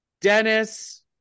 Dennis